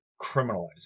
criminalizing